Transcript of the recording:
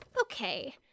Okay